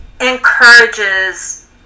encourages